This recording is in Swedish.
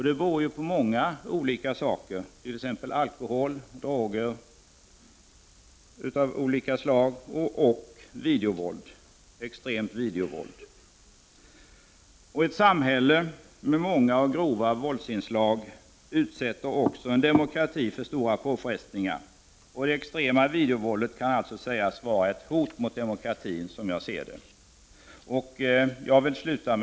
Det beror på många olika saker, exempelvis alkohol, droger av olika slag och extremt videovåld. Ett samhälle med många och grova våldsinslag utsätter också demokratin på stora påfrestningar. Det extrema videovåldet kan alltså sägas vara ett hot mot demokratin, som jag ser det.